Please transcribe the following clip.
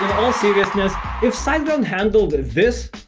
all seriousness if siteground handled this,